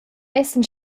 essan